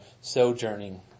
sojourning